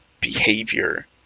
behavior